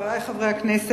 חברי חברי הכנסת,